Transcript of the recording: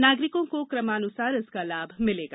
नागरिकों को क्रमानुसार इसका लाभ मिलेगा